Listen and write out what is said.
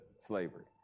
slavery